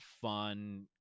fun